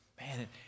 Man